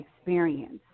experience